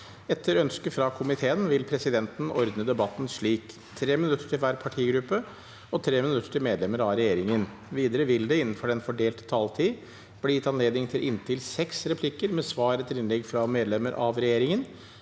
forvaltningskomiteen vil presidenten ordne debatten slik: 3 minutter til hver partigruppe og 3 minutter til medlemmer av regjeringa. Videre vil det – innenfor den fordelte taletid – bli gitt anledning til inntil fem replikker med svar etter innlegg fra medlemmer av regjeringa,